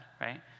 right